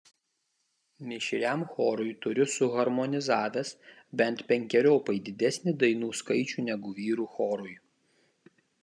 mišriam chorui turiu suharmonizavęs bent penkeriopai didesnį dainų skaičių negu vyrų chorui